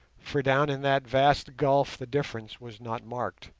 for down in that vast gulf the difference was not marked,